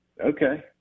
okay